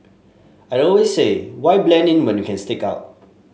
I always say why blend in when you can stick out